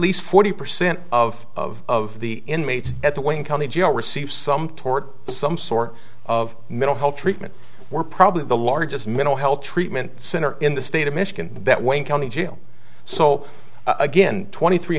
least forty percent of the inmates at the wayne county jail receive some tort some sort of metal health treatment were probably the largest mental health treatment center in the state of michigan that wayne county jail so again twenty three